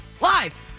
live